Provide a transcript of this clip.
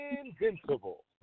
Invincible